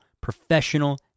professional